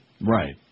Right